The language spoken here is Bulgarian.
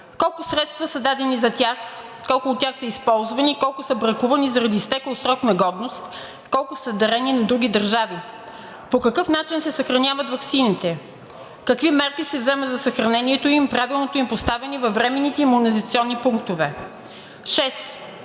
колко средства са дадени за тях, колко от тях са използвани, колко са бракувани заради изтекъл срок на годност, колко са дарени на други държави? По какъв начин се съхраняват ваксините? Какви мерки се вземат за съхранението им и правилното им поставяне на временните имунизационни пунктове? 1.6.